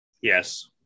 yes